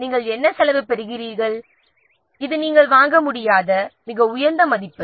நாம் என்ன செலவு பெறுகிறோம் இது நாம் வாங்க முடியாத மிக உயர்ந்த மதிப்பு